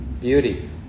beauty